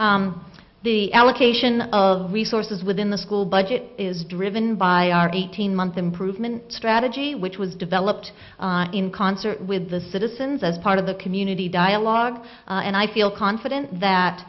sure the allocation of resources within the school budget is driven by eighteen month improvement strategy which was developed in concert with the citizens as part of the community dialogue and i feel confident that